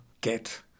get